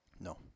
No